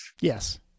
yes